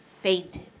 fainted